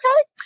okay